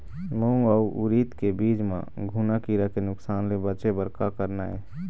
मूंग अउ उरीद के बीज म घुना किरा के नुकसान ले बचे बर का करना ये?